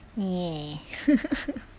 ya